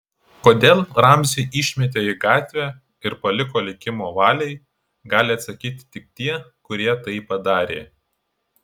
kodėl ramzį išmetė į gatvę ir paliko likimo valiai gali atsakyti tik tie kurie tai padarė